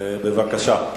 בבקשה.